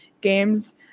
games